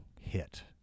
hit